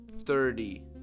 thirty